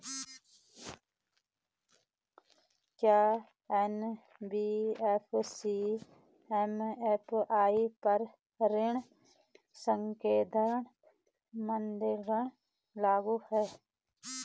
क्या NBFC MFI पर ऋण संकेन्द्रण मानदंड लागू हैं?